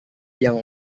yang